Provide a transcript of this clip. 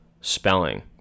spelling